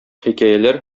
хикәяләр